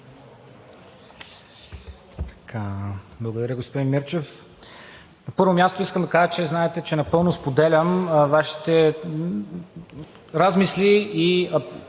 Благодаря, господин Мирчев. На първо място, искам да кажа – знаете, че напълно споделям Вашите размисли и